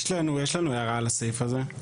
יש לנו הערה על הסעיף הזה.